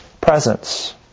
presence